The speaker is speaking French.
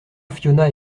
fiona